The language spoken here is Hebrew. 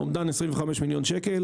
אומדן של 25 מיליון ₪.